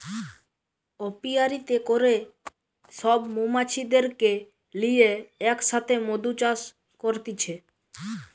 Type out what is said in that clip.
অপিয়ারীতে করে সব মৌমাছিদেরকে লিয়ে এক সাথে মধু চাষ করতিছে